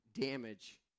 damage